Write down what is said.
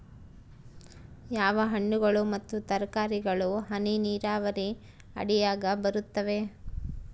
ಯಾವ ಹಣ್ಣುಗಳು ಮತ್ತು ತರಕಾರಿಗಳು ಹನಿ ನೇರಾವರಿ ಅಡಿಯಾಗ ಬರುತ್ತವೆ?